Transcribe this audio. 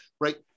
right